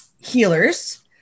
healers